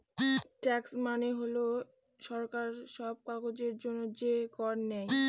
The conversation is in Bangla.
ট্যাক্স মানে হল সরকার সব কাজের জন্য যে কর নেয়